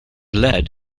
lead